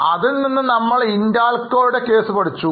അതിൽ നിന്ന് നമ്മൾ ഹിൻഡാൽകോ യുടെ ഒരു കേസ് പഠിച്ചു